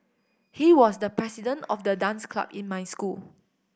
he was the president of the dance club in my school